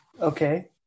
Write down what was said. okay